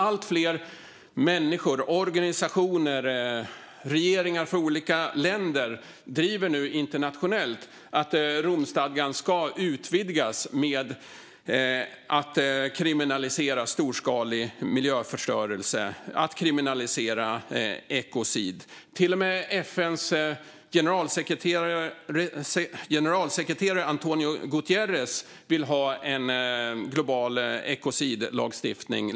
Allt fler människor, organisationer och regeringar från olika länder driver nu internationellt att Romstadgan ska utvidgas med att kriminalisera storskalig miljöförstörelse - ekocid. Till och med FN:s generalsekreterare António Guterres vill ha en global ekocidlagstiftning.